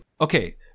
okay